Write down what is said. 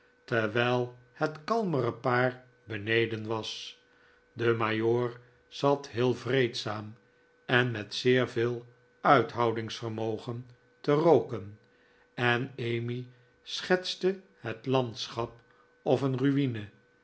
terwijl het kalmere paar beneden was de majoor zat heel vreedzaam en met zeer veel uithoudingsvermogen te rooken en emmy schetste het landschap of een ruine